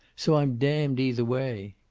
so i'm damned either way.